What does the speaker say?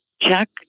check